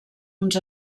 uns